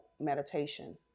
meditation